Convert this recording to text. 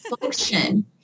function